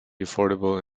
affordable